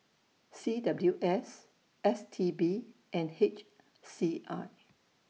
C W S S T B and H C I